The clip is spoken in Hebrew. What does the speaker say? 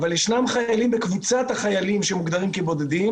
אבל יש חיילים בקבוצת החיילים שמוגדרים כבודדים